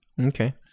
Okay